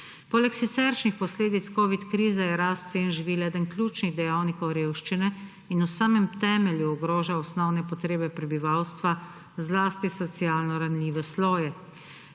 Poleg siceršnjih posledic covid krize je rast cen živil eden ključnih dejavnikov revščine in v samem temelju ogroža osnovne potrebe prebivalstva, zlasti socialno ranljive sloje.